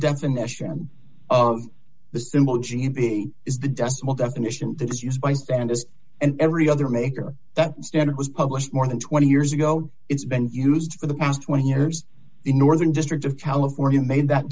definition of the symbol g m p is the decimal definition that is used by standers and every other maker that standard was published more than twenty years ago it's been used for the past twenty years the northern district of california made that